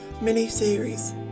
mini-series